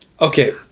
Okay